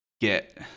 get